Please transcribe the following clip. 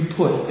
put